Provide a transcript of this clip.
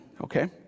okay